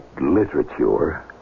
literature